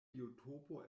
biotopo